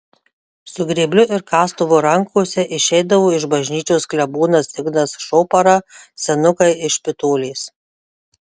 su grėbliu ir kastuvu rankose išeidavo iš bažnyčios klebonas ignas šopara senukai iš špitolės